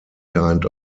kind